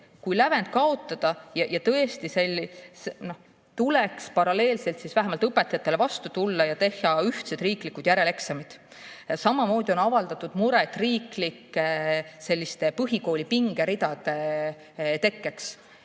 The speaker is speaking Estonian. Kui lävend kaotada, siis tõesti tuleks paralleelselt vähemalt õpetajatele vastu tulla ja teha ühtsed riiklikud järeleksamid. Samamoodi on avaldatud muret selliste põhikooli riiklike pingeridade tekke